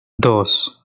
dos